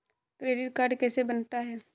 Credit card कैसे बनता है?